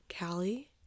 Callie